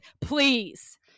please